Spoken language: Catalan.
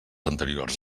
anteriors